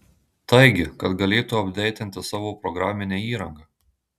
taigi kad galėtų apdeitinti savo programinę įranga